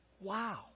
Wow